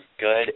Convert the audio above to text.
good